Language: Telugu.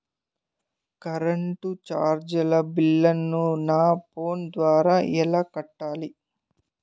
కరెంటు చార్జీల బిల్లును, నా ఫోను ద్వారా ఎలా కట్టాలి?